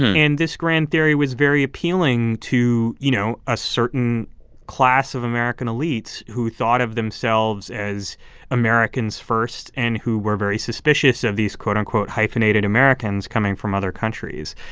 and this grand theory was very appealing to, you know, a certain class of american elites who thought of themselves as americans first and who were very suspicious of these quote, unquote, hyphenated americans coming from other countries.